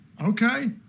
Okay